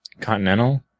Continental